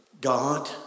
God